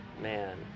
Man